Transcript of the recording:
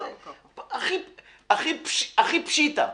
הכי פשיטא.